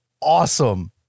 awesome